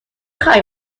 خوای